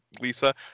Lisa